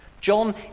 John